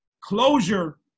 Closure